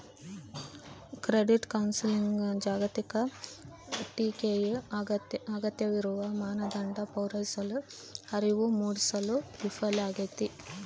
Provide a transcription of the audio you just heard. credit ಕೌನ್ಸೆಲಿಂಗ್ನ ಜಾಗತಿಕ ಟೀಕೆಯು ಅಗತ್ಯವಿರುವ ಮಾನದಂಡ ಪೂರೈಸಲು ಅರಿವು ಮೂಡಿಸಲು ವಿಫಲವಾಗೈತಿ